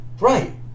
right